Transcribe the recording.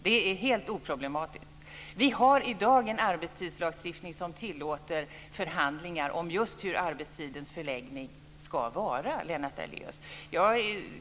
Det är helt oproblematiskt. Vi har i dag en arbetstidslagstiftning som tillåter förhandlingar om just hur arbetstidens förläggning ska vara, Lennart Daléus.